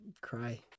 cry